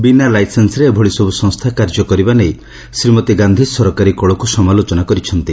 ବିନା ଲାଇସେନ୍ୱରେ ଏଭଳି ସବୁ ସଂସ୍କା କାର୍ଯ୍ୟ କରିବା ନେଇ ଶ୍ରୀମତୀ ଗାଧି ସରକାରୀ କଳକୁ ସମାଲୋଚନା କରିଛନ୍ତି